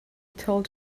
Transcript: told